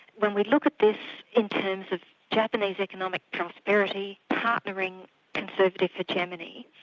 when we look at this in terms of japanese economic prosperity partnering conservative hegemony,